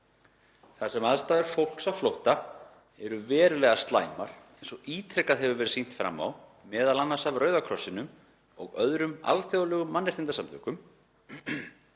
þar sem aðstæður fyrir fólk á flótta eru verulega slæmar, eins og ítrekað hefur verið sýnt fram á, m.a. af Rauða krossinum og öðrum alþjóðlegum mannréttindasamtökum.